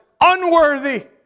unworthy